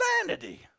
insanity